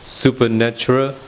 supernatural